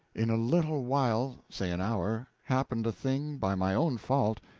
in a little while say an hour happened a thing, by my own fault,